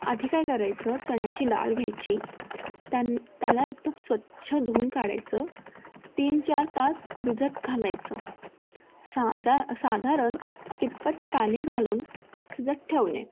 आधी काय करायचं चण्याची डाळ घ्यायची त्यां त्याला एकदम स्वच्छ धुवून काढायचं तीन चार तास भिजत घालायचं साजा साधारण तिप्पट पाणी घालून शिजत ठेवणे